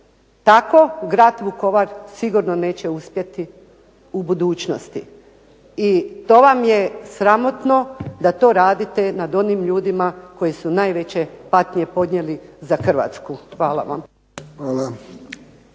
Tako grad Vukovar sigurno neće uspjeti u budućnosti. I to vam je sramotno da to radite nad onim ljudima koji su najveće patnje podnijeli za Hrvatsku. Hvala vam.